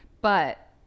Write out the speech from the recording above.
But-